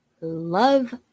love